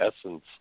essence